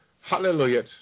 Hallelujah